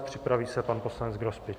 Připraví se pan poslanec Grospič.